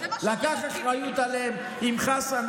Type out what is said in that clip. לקח אחריות עליהם עם חסן,